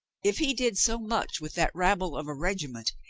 if he did so much with that rabble of a regiment,